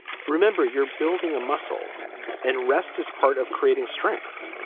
remember, you're building a muscle and rest is part of creating strength